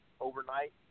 overnight